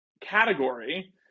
category